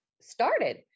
started